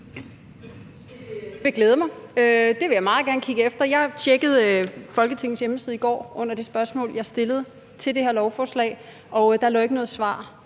Jeg tjekkede Folketingets hjemmeside i går under det spørgsmål, jeg stillede til det her lovforslag, og der lå ikke noget svar;